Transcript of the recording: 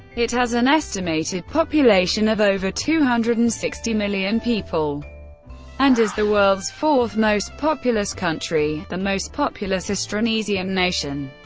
it has an estimated population of over two hundred and sixty million people and is the world's fourth most populous country, the most populous austronesian nation,